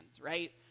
right